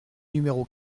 numéro